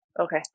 Okay